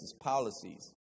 policies